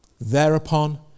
Thereupon